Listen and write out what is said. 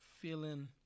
feeling